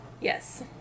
Yes